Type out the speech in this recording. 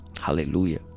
Hallelujah